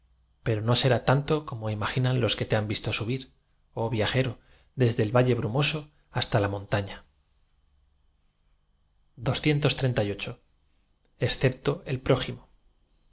pero no será tanto como imaginan los que te han visto subir oh viajero desde el va lle brumoso hasta la montaña oto el